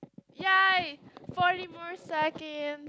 yay forty more second